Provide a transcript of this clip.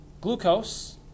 glucose